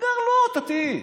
סגר לו את התיק.